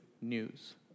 news